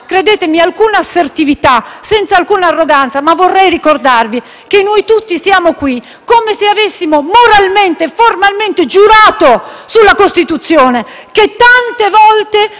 credetemi senza alcuna assertività e senza alcuna arroganza, che noi tutti siamo qui come se avessimo moralmente e formalmente giurato sulla Costituzione che tante volte